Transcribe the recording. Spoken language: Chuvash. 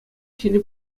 ҫӗнӗ